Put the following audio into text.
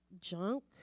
junk